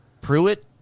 Pruitt